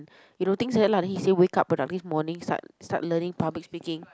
you know things like that lah then he say wake up but morning start start learning public speaking